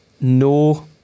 no